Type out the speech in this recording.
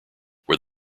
where